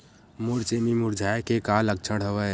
मोर सेमी मुरझाये के का लक्षण हवय?